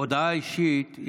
הודעה אישית,